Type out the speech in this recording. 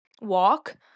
walk